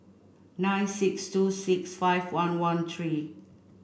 nine six two six five one one three